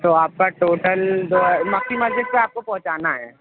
تو آپ کا ٹوٹل جو ہے مکی مسجد پہ آپ کو پہنچانا ہے